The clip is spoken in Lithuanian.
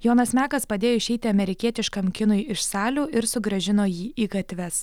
jonas mekas padėjo išeiti amerikietiškam kinui iš salių ir sugrąžino jį į gatves